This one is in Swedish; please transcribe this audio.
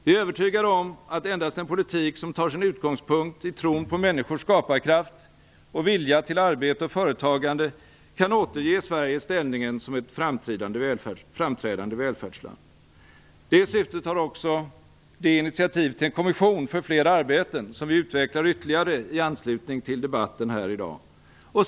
Vi är övertygade om att endast en politik som tar sin utgångspunkt i tron på människors skaparkraft och vilja till arbete och företagande kan återge Sverige ställningen som ett framträdande välfärdsland. Det syftet har också det initiativ till en kommission för fler arbeten som vi utvecklar ytterligare i anslutning till debatten här i dag.